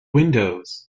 windows